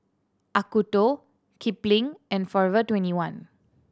Acuto Kipling and Forever Twenty one